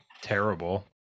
terrible